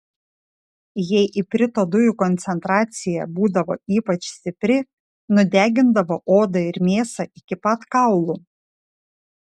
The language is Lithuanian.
jei iprito dujų koncentracija būdavo ypač stipri nudegindavo odą ir mėsą iki pat kaulų